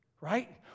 right